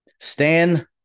Stan